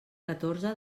catorze